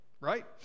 right